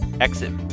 exit